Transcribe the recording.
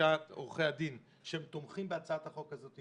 מלשכת עורכי הדין, שהם תומכים בהצעת החוק הזאת.